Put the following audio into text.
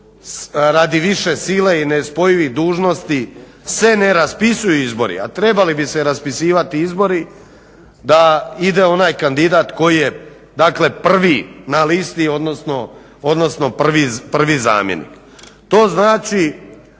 radi više sile i nespojivih dužnosti se ne raspisuju izbori, a trebali bi se raspisivati izbori da ide onaj kandidat koji je dakle prvi na listi, odnosno prvi zamjenik. To znači